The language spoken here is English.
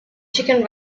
chicken